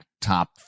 top